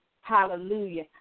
Hallelujah